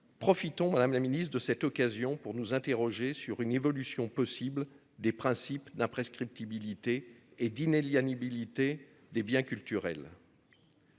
Profitons Madame la Ministre de cette occasion pour nous interroger sur une évolution possible des principes d'imprescriptibilité et Dean Eliane débilité des biens culturels.